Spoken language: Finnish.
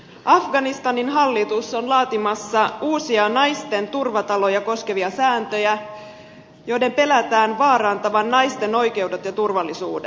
afganistanin hallitus on laatimassa uusia naisten turvataloja koskevia sääntöjä joiden pelätään vaarantavan naisten oikeudet ja turvallisuuden